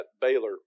Baylor